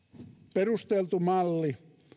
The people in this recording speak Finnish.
perusteltu malli